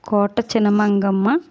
Kota Chinamangamma